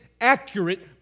accurate